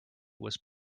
was